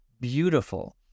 beautiful